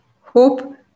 hope